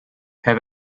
have